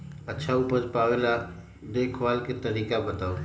अच्छा उपज पावेला देखभाल के तरीका बताऊ?